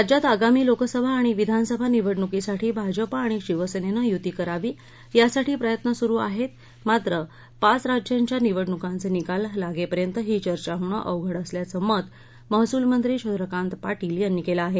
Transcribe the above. राज्यात आगामी लोकसभा आणि विधानसभा निवडणुकीसाठी भाजपा आणि शिवसेनेनं यूती करावी यासाठी प्रयत्न सुरू आहेत मात्र पाच राज्यांच्या निवडणुकांचे निकाल लागेपर्यंत ही चर्चा होणं अवघड असल्याचं मत महसूलमंत्री चंद्रकांत पाटील यांनी केलं आहे